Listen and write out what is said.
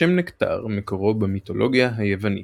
השם "נקטר" מקורו במיתולוגיה היוונית,